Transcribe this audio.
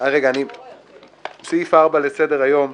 לסדר היום: